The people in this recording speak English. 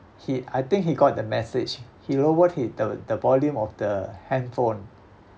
he I think he got the message he lowered he the the volume of the handphone